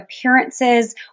appearances